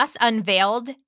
unveiled